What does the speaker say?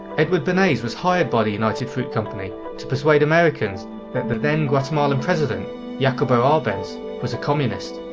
edward bernays was hired by the united fruit company to persuade americans that the then guatemalan president jacobo arbenz was a communist,